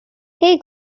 সেই